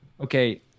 okay